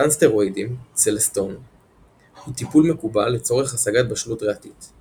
מתן סטרואידים צלסטון הוא טיפול מקובל לצורך השגת בשלות ריאתית-